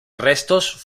restos